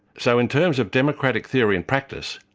so in terms of democratic theory and practice,